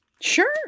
Sure